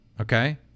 okay